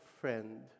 friend